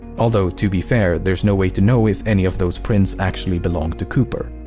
although, to be fair, there's no way to know if any of those prints actually belong to cooper.